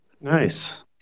Nice